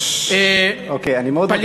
פליט,